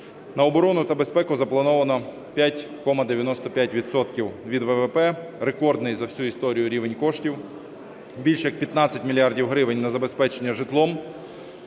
На оборону та безпеку заплановано 5,95 відсотка від ВВП – рекордний за всю історію рівень коштів. Більш як 15 мільярдів гривень – на забезпечення житлом,